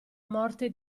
morte